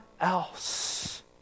else